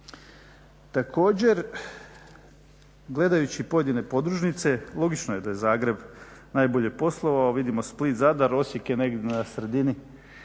Također, gledajući pojedine podružnice logično je da je Zagreb najbolje poslovao. Vidimo Split, Zadar, Osijek je negdje na sredini.